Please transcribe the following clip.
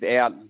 out